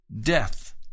death